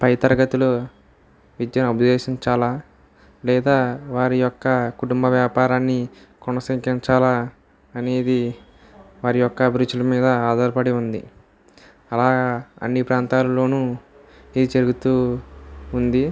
పై తరగతులు విద్యను అభ్యసించాలా లేదా వారి యొక్క కుటుంబ వ్యాపారాన్ని కొనసాగించాలా అనేది వారి యొక్క అభిరుచుల మీద ఆధారపడి ఉంది అలాగా అన్ని ప్రాంతాల్లోనూ ఇది జరుగుతూ ఉంది